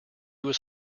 was